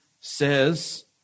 says